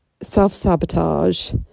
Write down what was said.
self-sabotage